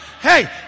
Hey